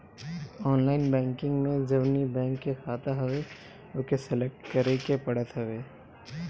online banking में जवनी bank के खाता हवे ओके सलेक्ट करे के पड़त हवे